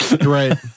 Right